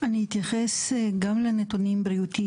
אני אתייחס גם לנתונים בריאותיים